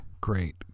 great